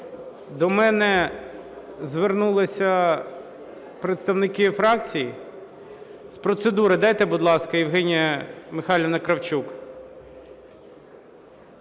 До мене звернулися представники фракцій. З процедури дайте, будь ласка, Євгенія Михайлівна Кравчук.